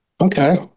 okay